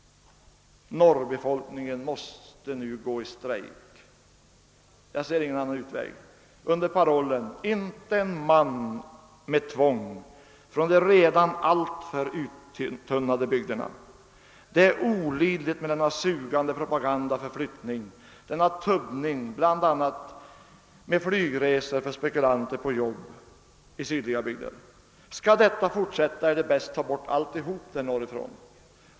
Norrbefolkningen måste nu gå i strejk — jag ser ingen annan utväg — under parollen »inte en man med tvång från de redan alltför uttunnade bygderna!» Det är olidligt med denna sugande propaganda för flyttning, denna tubbning bl.a. med flygresor för spekulanter på jobb i sydliga bygder. Skall detta fortsätta, är det bäst att ta bort alltihop.